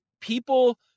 people